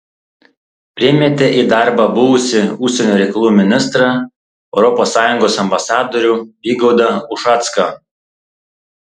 priėmėte į darbą buvusį užsienio reikalų ministrą europos sąjungos ambasadorių vygaudą ušacką